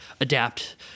adapt